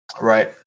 Right